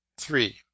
three